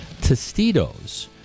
Tostitos